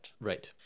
right